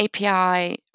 api